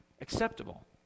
acceptable